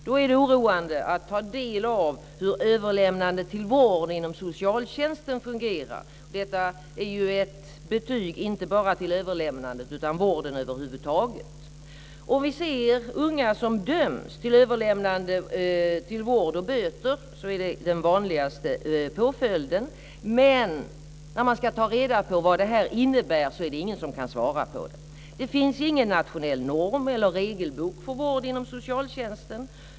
Då är det oroande att ta del av hur överlämnandet till vård inom socialtjänsten fungerar. Detta är ju ett betyg inte bara till överlämnandet utan till vården över huvud taget. Den vanligaste påföljden är att unga döms till överlämnande till vård och böter. Men när man ska ta reda på vad det innebär är det ingen som kan svara. Det finns ingen nationell norm eller regelbok för vård inom socialtjänsten.